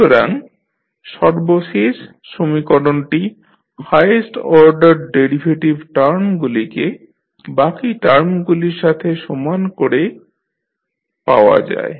সুতরাং সর্বশেষ সমীকরণটি হায়েস্ট অর্ডার ডেরিভেটিভ টার্মগুলিকে বাকি টার্মগুলির সাথে সমান করে পাওয়া যায়